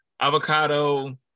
avocado